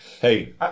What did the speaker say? hey